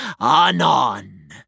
anon